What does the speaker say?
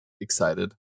excited